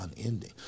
unending